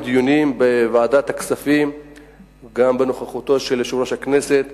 דיונים בוועדת הכספים גם בנוכחותו של יושב-ראש הכנסת,